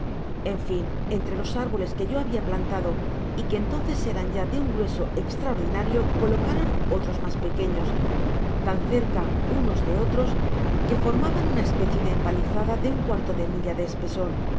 en fin entre los árboles que yo habia plantado y que entonces eran ya de un grueso estraordinario colocaron otros mas pequeños tan cerca unos de otros que formaban una especie de empalizada de un cuarto de milla de espesor